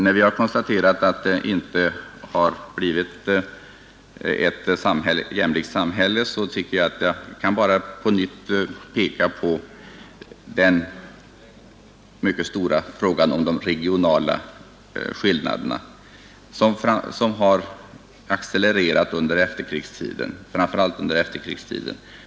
När vi har konstaterat att det inte blivit ett jämlikhetssamhälle, vill jag bara på nytt peka på den mycket stora frågan om de regionala skillnaderna som har accelererat, framför allt under efterkrigstiden.